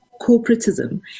corporatism